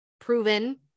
proven